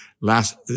last